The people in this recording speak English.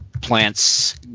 plants